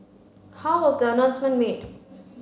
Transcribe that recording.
how was the announcement made